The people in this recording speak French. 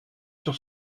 sur